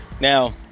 now